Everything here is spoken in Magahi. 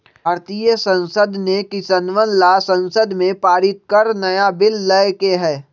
भारतीय संसद ने किसनवन ला संसद में पारित कर नया बिल लय के है